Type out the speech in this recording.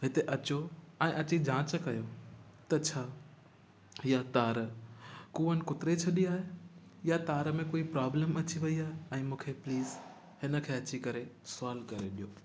हिते अचो ऐं अची जांच कयो त छा इहा तार कूअनि कुतिरे छॾी आहे या तार में कोई प्रॉब्लम अची वेई आहे ऐं मूंखे प्लीस हिनखे अची करे सॉल्व करे ॾियो